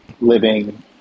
living